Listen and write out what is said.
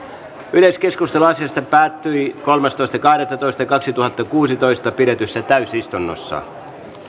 yleiskeskustelu asiasta päättyi kolmastoista kahdettatoista kaksituhattakuusitoista pidetyssä täysistunnossa